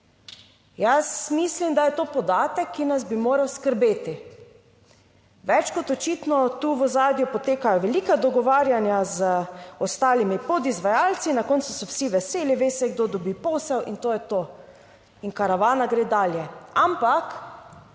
Jaz mislim, da je to podatek, ki nas bi moral skrbeti. Več kot očitno tu v ozadju potekajo velika dogovarjanja z ostalimi podizvajalci. Na koncu so vsi veseli, ve se kdo dobi posel in to je to in karavana gre dalje. Ampak